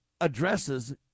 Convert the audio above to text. addresses